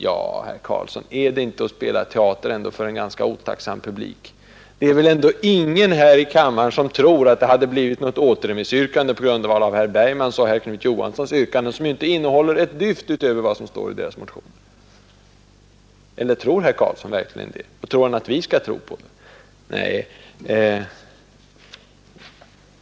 Ja, herr Karlsson, är det ändå inte att spela teater för en ganska otacksam publik? Det är väl i alla fall ingen här i kammaren som tror att det hade blivit något återremissyrkande på grundval av herr Bergmans och herr Knut Johanssons yrkanden, som inte innehåller ett dyft utöver vad som står i deras motioner. Eller tror herr Karlsson verkligen det? Eller vill han att vi skall tro det?